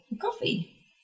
coffee